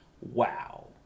wow